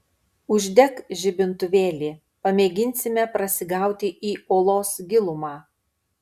uždek žibintuvėlį pamėginsime prasigauti į olos gilumą